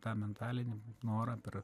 tą mentalinį norą per